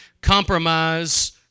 compromise